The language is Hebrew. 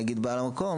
בעל המקום,